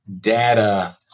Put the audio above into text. data